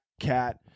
cat